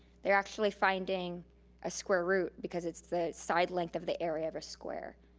they're actually finding a square root because it's the side length of the area of a square.